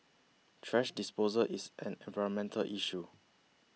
thrash disposal is an environmental issue